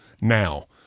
now